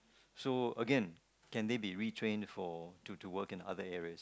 so again can they be retrain for to to work in other areas